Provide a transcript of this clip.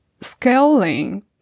scaling